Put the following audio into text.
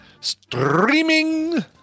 streaming